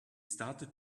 started